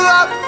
up